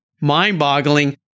mind-boggling